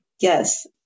Yes